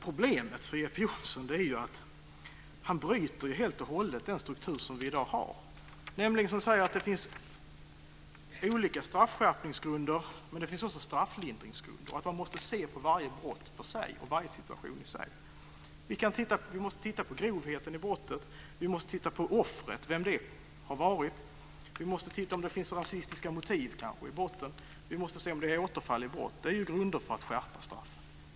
Problemet för Jeppe Johnsson är att han helt och hållet bryter med den struktur som vi i dag har och som bygger på olika straffskärpningsgrunder men också på strafflindringsgrunder. Vi måste se på varje brott och varje situation för sig. Vi måste titta på brottets grovhet och på vem offret har varit. Vi måste också se till om det finns rasistiska motiv i botten och till om det är återfall i brott. Detta är grunder för att skärpa straffen.